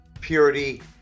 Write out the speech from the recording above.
purity